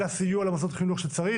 אלא סיוע למוסדות חינוך שצריך